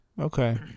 Okay